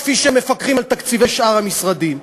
כפי שהם מפקחים על תקציבי שאר המשרדים.